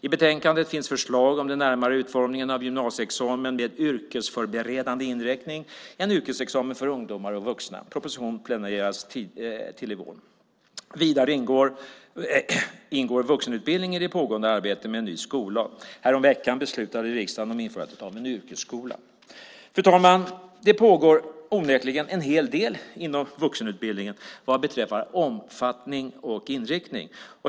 I betänkandet finns det förslag om den närmare utformningen av en gymnasieexamen med yrkesförberedande inriktning - en yrkesexamen för ungdomar och vuxna. En proposition är planerad till i vår. Vidare ingår vuxenutbildning i det pågående arbetet med en ny skollag, och häromveckan beslutade riksdagen om införandet av en yrkeshögskola. Fru talman! Onekligen pågår en hel del inom vuxenutbildningen beträffande omfattning och inriktning.